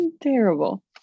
Terrible